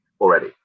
already